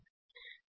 तो कंडक्शन है